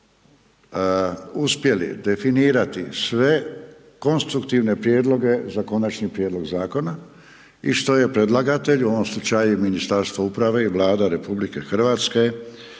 uspjeli definirati sve konstruktivne prijedloge, za konačni prijedlog zakona i što je predlagatelj, u ovom slučaju Ministarstvo uprave i Vlada RH,